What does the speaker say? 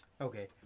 Okay